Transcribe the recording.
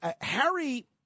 Harry